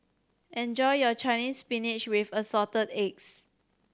enjoy your Chinese Spinach with Assorted Eggs